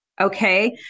Okay